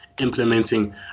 Implementing